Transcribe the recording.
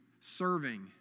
serving